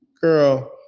girl